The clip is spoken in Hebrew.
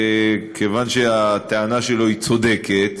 שכיוון שהטענה שלו צודקת,